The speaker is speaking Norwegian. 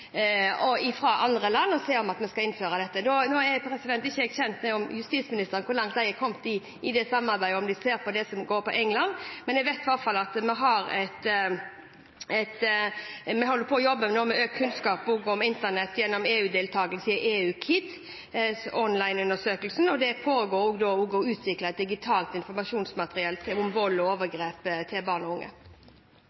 og se om vi skal innføre det samme. Nå er ikke jeg kjent med hvor langt justisministeren er kommet i samarbeidet, og om man ser på det som går på England, men jeg vet iallfall at vi nå holder på å jobbe med økt kunnskap om internett gjennom deltakelse i EU Kids Online-undersøkelsen. Det går også på å utvikle et digitalt informasjonsmateriell om vold og